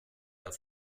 auf